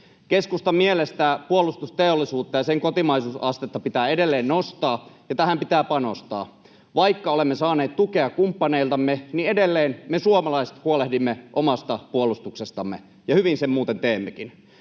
Keskustan mielestä puolustusteollisuutta ja sen kotimaisuusastetta pitää edelleen nostaa ja tähän pitää panostaa. Vaikka olemme saaneet tukea kumppaneiltamme, niin edelleen me suomalaiset huolehdimme omasta puolustuksestamme, ja hyvin sen muuten teemmekin.